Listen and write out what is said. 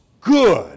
good